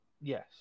Yes